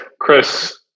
Chris